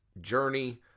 journey